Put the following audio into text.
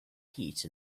heat